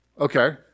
Okay